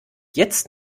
jetzt